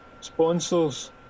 sponsors